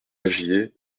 lagier